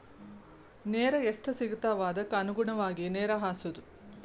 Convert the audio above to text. ನೇರ ಎಷ್ಟ ಸಿಗತಾವ ಅದಕ್ಕ ಅನುಗುಣವಾಗಿ ನೇರ ಹಾಸುದು